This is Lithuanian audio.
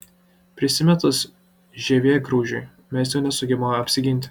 prisimetus žievėgraužiui mes jau nesugebame apsiginti